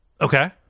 Okay